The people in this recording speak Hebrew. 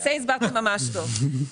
את זה הסברתם ממש טוב.